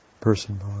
Person